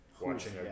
watching